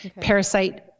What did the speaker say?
parasite